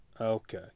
Okay